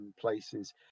places